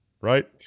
Right